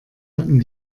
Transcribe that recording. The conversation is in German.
hatten